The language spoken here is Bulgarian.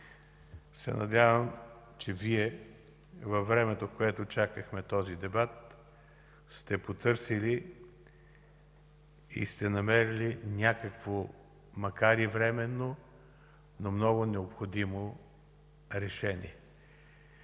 се надявам, че във времето, в което чакахме този дебат, Вие сте потърсили и сте намерили някакво, макар и временно, но много необходимо решение.